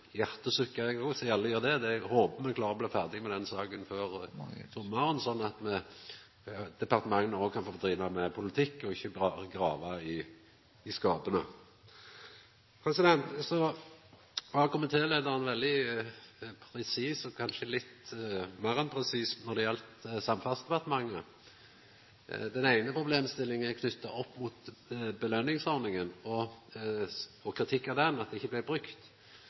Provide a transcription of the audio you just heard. og det er at eg håpar me klarer å bli ferdige med denne saka før sommaren, slik at departementa òg kan få driva med politikk og ikkje berre grava i skapa. Komitéleiaren var veldig presis, kanskje litt meir enn presis, når det galdt Samferdselsdepartementet. Den eine problemstillinga er knytt opp mot belønningsordninga og kritikk av ho, at ho ikkje blir brukt.